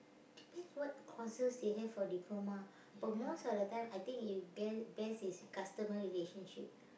depends what courses they have for diploma but most of the time I think if be~ best is customer relationship